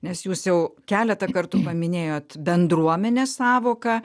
nes jūs jau keletą kartų paminėjot bendruomenės sąvoką